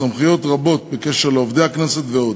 סמכויות רבות בקשר לעובדי הכנסת ועוד.